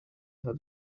had